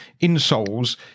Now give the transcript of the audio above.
insoles